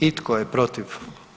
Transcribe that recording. I tko je protiv?